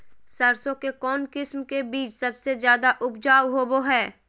सरसों के कौन किस्म के बीच सबसे ज्यादा उपजाऊ होबो हय?